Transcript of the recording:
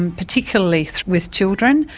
and particularly so with children.